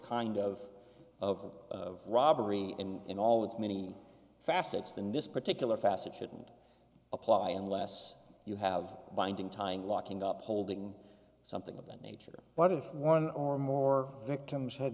kind of of robbery and in all its many facets then this particular facet shouldn't apply unless you have binding tying locking up holding something of that nature part of one or more victims ha